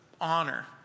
honor